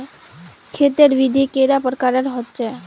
खेत तेर विधि कैडा प्रकारेर होचे?